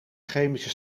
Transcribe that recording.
chemische